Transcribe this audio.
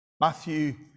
Matthew